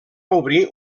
obrir